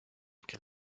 que